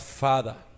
father